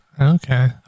Okay